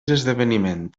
esdeveniment